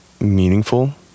meaningful